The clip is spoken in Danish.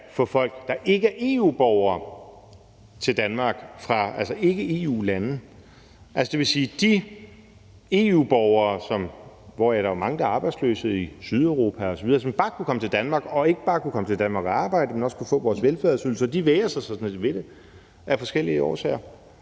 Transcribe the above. få folk, der ikke er EU-borgere, til Danmark fra ikke EU-lande. Det vil sige, at de EU-borgere, hvoraf mange er arbejdsløse i Sydeuropa osv., som bare kunne komme til Danmark og ikke bare kunne komme til Danmark og arbejde, men også kunne få vores velfærdsydelser, vægrer sig så ved det af forskellige årsager.